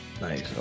Nice